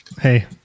Hey